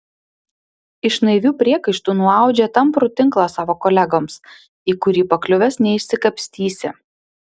iš naivių priekaištų nuaudžia tamprų tinklą savo kolegoms į kurį pakliuvęs neišsikapstysi